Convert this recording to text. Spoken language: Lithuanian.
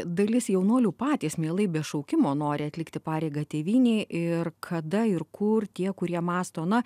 dalis jaunuolių patys mielai be šaukimo nori atlikti pareigą tėvynei ir kada ir kur tie kurie mąsto na